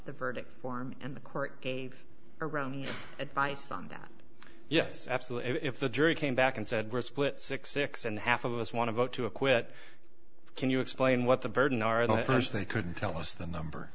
the verdict form and the court gave around advice on that yes absolutely if the jury came back and said we're split six six and half of us want to vote to acquit can you explain what the burden are the first they couldn't tell us the number